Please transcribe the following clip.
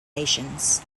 nations